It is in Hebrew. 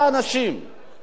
כל האזרחים,